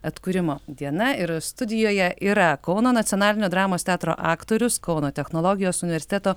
atkūrimo diena ir studijoje yra kauno nacionalinio dramos teatro aktorius kauno technologijos universiteto